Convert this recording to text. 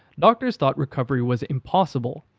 doctors thought recovery was impossible.